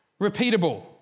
repeatable